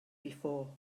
before